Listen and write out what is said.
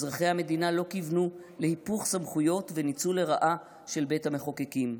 אזרחי המדינה לא כיוונו להיפוך סמכויות וניצול לרעה של בית המחוקקים,